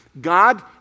God